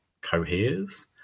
coheres